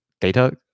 data